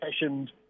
fashioned